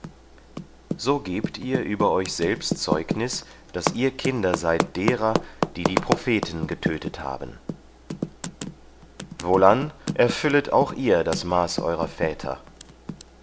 so gebt ihr über euch selbst zeugnis daß ihr kinder seid derer die die propheten getötet haben wohlan erfüllet auch ihr das maß eurer väter